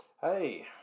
Hey